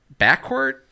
backcourt